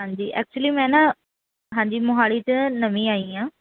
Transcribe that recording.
ਹਾਂਜੀ ਐਕਚੁਲੀ ਮੈਂ ਨਾ ਹਾਂਜੀ ਮੋਹਾਲੀ 'ਚ ਨਵੀਂ ਆਈ ਹਾਂ